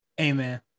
Amen